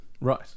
Right